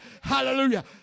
Hallelujah